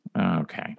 Okay